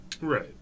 Right